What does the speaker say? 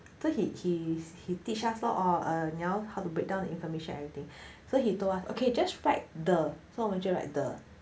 so he he teach us lor oh err uh 你要 how to break down information everything so he told us okay just write the so 我们就 write the